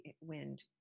wind